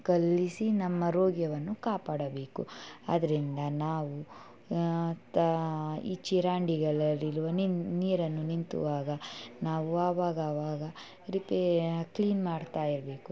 ಕೊಲ್ಲಿಸಿ ನಮ್ಮ ರೋಗ್ಯವನ್ನು ಕಾಪಾಡಬೇಕು ಅದರಿಂದ ನಾವು ಆ ತಾ ಈ ಚರಂಡಿಗಳಲ್ಲಿರುವ ನಿನ್ ನೀರನ್ನು ನಿಂತುವಾಗ ನಾವು ಅವಾಗವಾಗ ರಿಪೇರಿ ಕ್ಲೀನ್ ಮಾಡ್ತಾ ಇರಬೇಕು